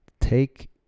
take